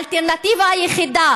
האלטרנטיבה היחידה